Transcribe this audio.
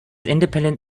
independent